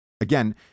again